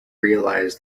realise